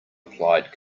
applied